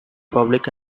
public